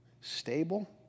stable